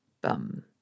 bum